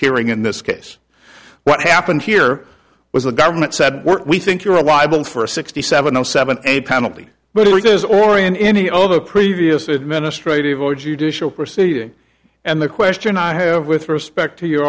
hearing in this case what happened here was the government said we think you're a libel for a sixty seven o seven a penalty but here it is or in any other previous administrative or judicial proceeding and the question i have with respect to your